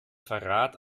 verrat